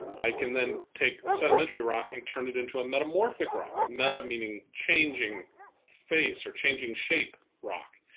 i can then take sedimentary rock and turn it into a metamorphic rock. meta meaning changing face or changing shape rock.